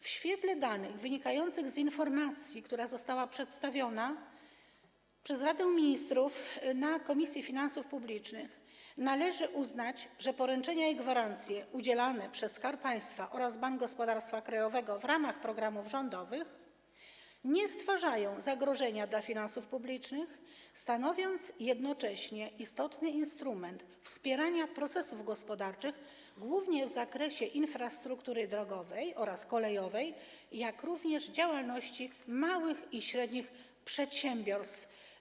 W świetle danych wynikających z informacji, która została przedstawiona przez Radę Ministrów Komisji Finansów Publicznych, należy uznać, że poręczenia i gwarancje udzielane przez Skarb Państwa oraz Bank Gospodarstwa Krajowego w ramach programów rządowych nie stwarzają zagrożenia dla finansów publicznych, stanowiąc jednocześnie istotny instrument wspierania procesów gospodarczych, głównie w zakresie infrastruktury drogowej oraz kolejowej, jak również działalności małych i średnich przedsiębiorstw.